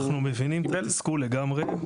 אנחנו מבינים את התסכול לגמרי.